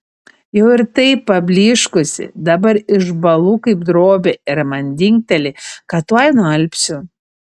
jau ir taip pablyškusi dabar išbąlu kaip drobė ir man dingteli kad tuoj nualpsiu